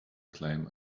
claim